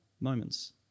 moments